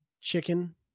chicken